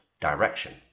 direction